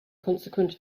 consequent